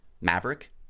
Maverick